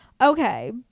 Okay